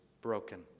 broken